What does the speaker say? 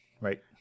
right